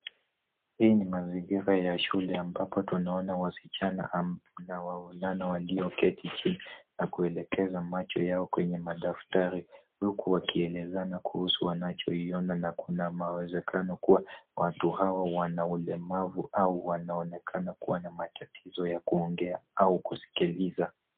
Hii ni mazingira ya shule ambapo tunaona wasichana na wavulana walioketi chini na kuelekeza macho yao kwenye madaftari huku wakielezana kuhusu wanachoiona na kuna mawezekano kuwa watu hao wana ulemavu au wanaonekana kuwa na matatizo ya kuongea au kusikiliza.